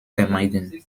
vermeiden